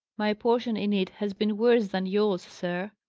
my portion in it has been worse than yours, sir,